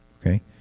Okay